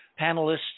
panelists